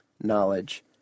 knowledge